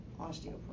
osteoporosis